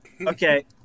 Okay